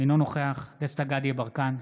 אינו נוכח דסטה גדי יברקן,